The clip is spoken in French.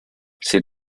c’est